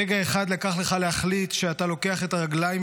רגע אחד לקח לך להחליט שאתה לוקח את הרגליים